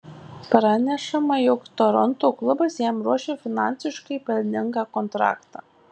pranešama jog toronto klubas jam ruošia finansiškai pelningą kontraktą